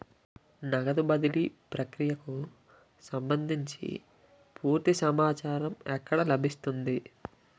నగదు బదిలీ ప్రక్రియకు సంభందించి పూర్తి సమాచారం ఎక్కడ లభిస్తుంది?